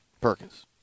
Perkins